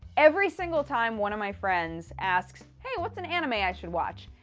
every single time one of my friends asks hey, what's an anime i should watch?